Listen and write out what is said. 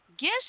Guess